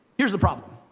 here's the problem.